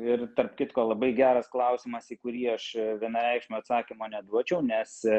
ir tarp kitko labai geras klausimas į kurį aš vienareikšmio atsakymo neduočiau nes